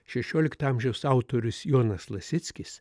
šešiolikto amžiaus autorius jonas lasickis